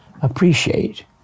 appreciate